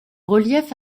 relief